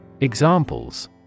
Examples